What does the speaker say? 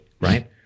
right